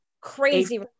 crazy